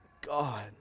God